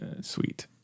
sweet